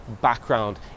background